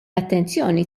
attenzjoni